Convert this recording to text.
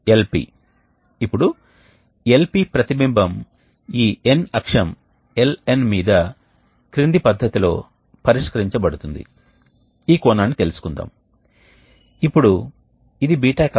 ఈ రకమైన రీజెనరేటర్ కోసం భ్రమణ వేగం చాలా తక్కువగా ఉంటుంది ఎందుకంటే మంచి సమయం ఉండాలి ప్రవహించే గ్యాస్ స్ట్రీమ్ మరియు మ్యాట్రిక్స్ మెటీరియల్ మధ్య ఉష్ణ మార్పిడి జరగడానికి చక్రాలు చాలా పెద్దవిగా ఉంటాయి మరియు గ్యాస్ వేగం కూడా తక్కువగా ఉంటుంది